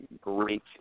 great